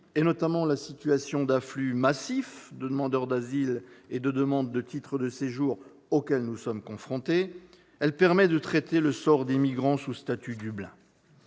notamment la situation d'afflux massif de demandeurs d'asile et de demandes de titres de séjour auquel nous sommes confrontés, elle permet de traiter le sort des migrants sous statut Dublin.